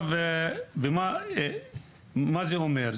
מה זה אומר?